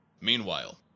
Meanwhile